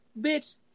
Bitch